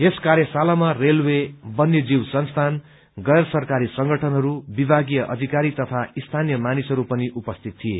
यस कार्यशालामा रेलवे वन्य जीव संस्थान गैर सरकारी संगठनहरू विभागीय अधिकारी तथा स्थानीय मानिसहरू पनि उपस्थित थिए